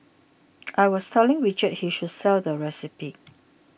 I was telling Richard he should sell the recipe